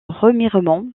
remiremont